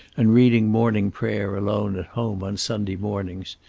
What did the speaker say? and reading morning prayer alone at home on sunday mornings,